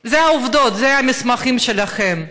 אלה העובדות, אלה המסמכים שלכם.